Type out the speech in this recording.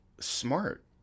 smart